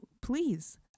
Please